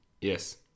Yes